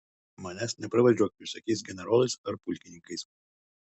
manęs nepravardžiuok visokiais generolais ar pulkininkais